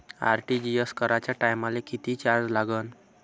RTGS कराच्या टायमाले किती चार्ज लागन?